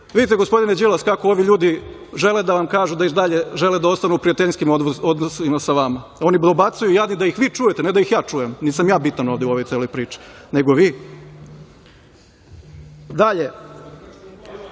uradim. Vidite, gospodine Đilas, kako ovi ljudi žele da vam kažu da i dalje da ostanu u prijateljskim odnosima sa vama. Oni dobacuju da ih vi čujete, ne da ih ja čujem, nisam ja bitan ovde u celoj ovoj priči, nego vi. Dalje,